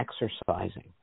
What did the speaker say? Exercising